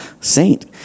saint